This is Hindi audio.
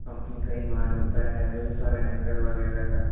कंपनी का ही माल होता है हैवेल्स और एंकर वगैरह का